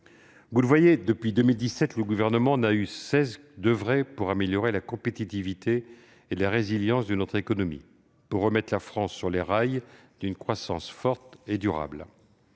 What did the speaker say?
Vous le voyez, depuis 2017, le Gouvernement n'a eu de cesse d'oeuvrer pour améliorer la compétitivité et la résilience de notre économie et pour remettre la France sur les rails d'une croissance forte et durable.